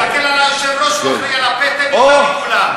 תסתכל על היושב-ראש, הוא אחראי לפטם יותר מכולם.